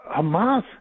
Hamas